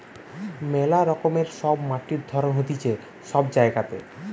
মেলা রকমের সব মাটির ধরণ হতিছে সব জায়গাতে